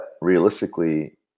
realistically